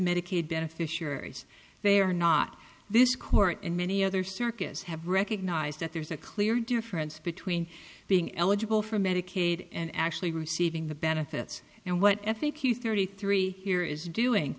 medicaid beneficiaries they are not this court and many other circuits have recognized that there's a clear difference between being eligible for medicaid and actually receiving the benefits and what i think you thirty three here is doing